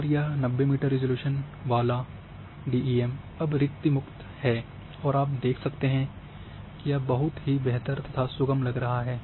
और यह 90 metre resolution वाला डीईएम अब रिक्ति मुक्त है और आप देख सकते हैं कि यह बहुत ही बेहतर तथा सुगम लग रहा है